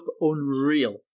unreal